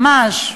ממש,